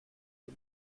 für